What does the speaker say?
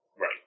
right